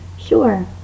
Sure